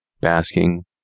basking